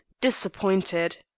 disappointed